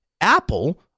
Apple